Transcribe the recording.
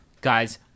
Guys